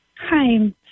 Hi